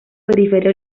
periferia